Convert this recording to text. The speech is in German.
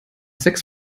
sechs